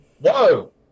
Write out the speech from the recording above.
whoa